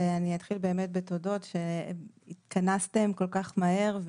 אני אתחיל בתודות שהתכנסתם כל כך מהר,